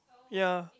ya